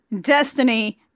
Destiny